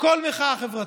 כל מחאה חברתית,